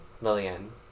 Lillian